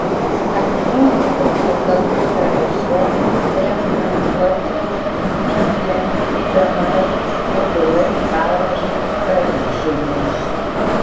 antrųjų patiekalų sąraše rekomenduočiau neaplenkti bemaž tobulai paruoštos kardžuvės